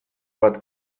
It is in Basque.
bat